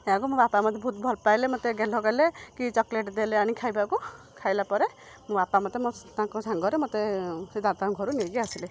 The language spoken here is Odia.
ମୋ ବାପା ମୋତେ ବହୁତ ଭଲ ପାଇଲେ ମୋତେ ଗେହ୍ଲ କଲେ କି ଚକୋଲେଟ୍ ଦେଲେ ଆଣି ଖାଇବାକୁ ଖାଇଲା ପରେ ମୋ ବାପା ମୋତେ ମୋ ତାଙ୍କ ସାଙ୍ଗରେ ମୋତେ ସେ ଦାଦାଙ୍କ ଘରୁ ନେଇକି ଆସିଲେ